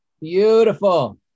Beautiful